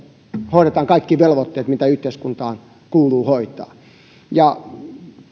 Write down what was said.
hoidetaan kaikki velvoitteet mitä yhteiskuntaan kuuluu hoitaa